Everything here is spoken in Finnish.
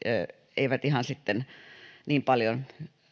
eivät ihan niin paljon